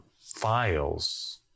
files